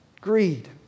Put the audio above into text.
greed